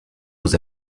vous